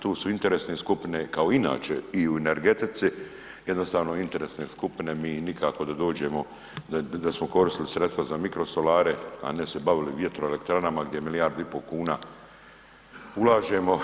Tu su interesne skupine kao i inače i u energetici jednostavno interesne skupine mi nikako da smo koristili sredstva za mikrosolare, a ne se bavili vjetroelektranama gdje milijardu i pol kuna ulažemo.